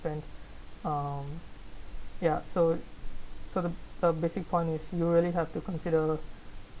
and um ya so so the basic point you really have to consider